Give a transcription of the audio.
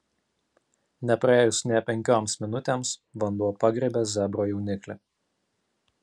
nepraėjus nė penkioms minutėms vanduo pagriebė zebro jauniklį